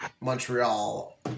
Montreal